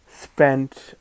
spent